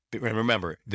Remember